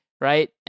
right